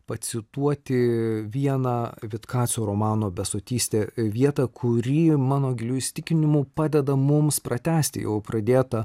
pacituoti vieną vitkacio romano besotystė vietą kuri mano giliu įsitikinimu padeda mums pratęsti jau pradėtą